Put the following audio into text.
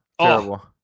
Terrible